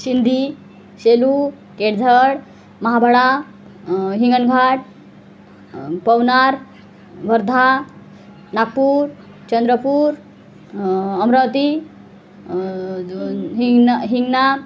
Shindi Shelu Kelzar Mahabada Hinganghat Pavnar Wardha Nagpur Chandrapur Amravati Hingna Hingna